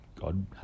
God